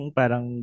parang